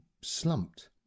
slumped